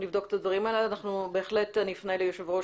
נבדוק את הדברים האלה אני בהחלט אפנה ליושב ראש